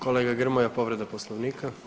Kolega Grmoja, povreda Poslovnika.